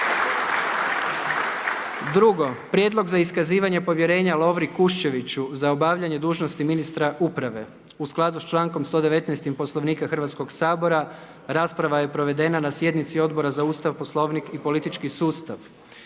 1. Prijedlog za iskazivanje povjerenja Lovri Kuščeviću za obavljanje dužnosti ministra uprave. U skladu s člankom 119. Poslovnika Hrvatskog sabora rasprava je provedena na sjednici Odbora za Ustav, Poslovnik i politički sustav.